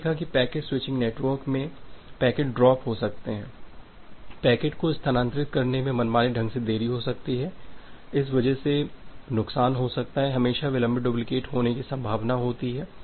हमने देखा कि पैकेट स्विचिंग नेटवर्क में पैकेट ड्रॉप हो सकते हैं पैकेट को स्थानांतरित करने में मनमाने ढंग से देरी हो सकती है इस वजह से नुकसान हो सकता है हमेशा विलंबित डुप्लिकेट होने की संभावना होती है